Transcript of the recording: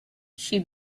she